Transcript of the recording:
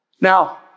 Now